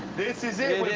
this is it.